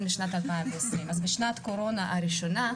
לשנת 2020. אז בשנת הקורונה הראשונה,